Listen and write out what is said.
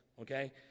Okay